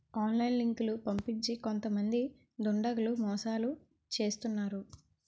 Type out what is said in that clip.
online లింకులు పంపించి కొంతమంది దుండగులు మోసాలు చేస్తున్నారు